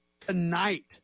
tonight